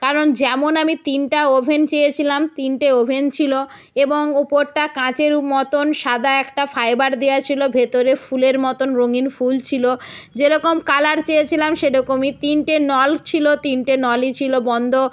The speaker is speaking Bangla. কারণ যেমন আমি তিনটে ওভেন চেয়েছিলাম তিনটে ওভেন ছিল এবং ওপরটা কাচের মতন সাদা একটা ফাইবার দেওয়া ছিল ভেতরে ফুলের মতন রঙিন ফুল ছিল যেরকম কালার চেয়েছিলাম সেরকমই তিনটে নল ছিল তিনটে নলই ছিল বন্ধ